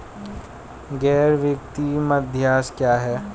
गैर वित्तीय मध्यस्थ क्या हैं?